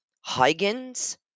Huygens